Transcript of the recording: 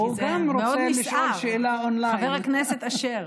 הוא מאוד נסער, חבר הכנסת אשר.